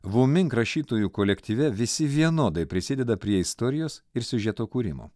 vumink rašytojų kolektyve visi vienodai prisideda prie istorijos ir siužeto kūrimo